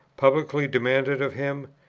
publicly demanded of him,